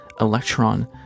electron